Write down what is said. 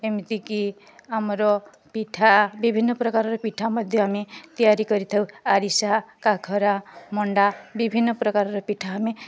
ଏମିତିକି ଆମର ପିଠା ବିଭିନ୍ନ ପ୍ରକାରର ପିଠା ମଧ୍ୟ ଆମେ ତିଆରି କରିଥାଉ ଆଡ଼ିସା କାକରା ମଣ୍ଡା ବିଭିନ୍ନ ପ୍ରକାରର ପିଠା ଆମେ